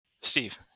Steve